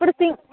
ఇప్పుడు సింగ్